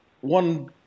One